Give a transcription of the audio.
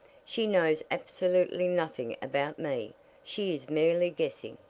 she knows absolutely nothing about me she is merely guessing.